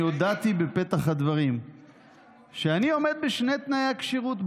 אני הודעתי בפתח הדברים שאני עומד בשני תנאי הכשירות,